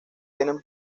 tienen